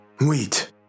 Wait